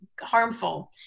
harmful